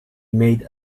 made